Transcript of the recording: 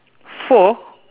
four